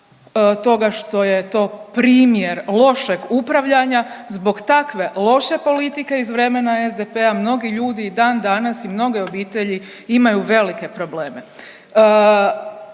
toga što je to primjer lošeg upravljanja, zbog takve loše politike iz vremena SDP-a mnogi ljudi i dan danas i mnoge obitelji imaju velike probleme.